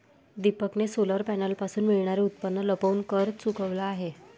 दीपकने सोलर पॅनलपासून मिळणारे उत्पन्न लपवून कर चुकवला आहे